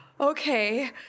Okay